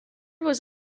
was